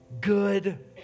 good